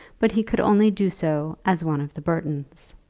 but he could only do so as one of the burtons.